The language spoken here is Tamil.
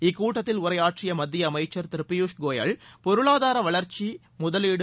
இக்கூட்டத்தில் உரையாற்றிய மத்திய அமைச்சர் திரு பியூஷ் கோயல் பொருளாதார வளர்ச்சி ப முதவீடு